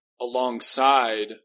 alongside